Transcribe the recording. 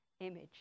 image